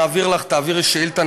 תעבירי שאילתה,